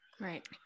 Right